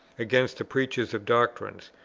against the preachers of doctrines,